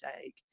take